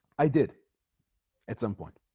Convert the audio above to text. i did at some point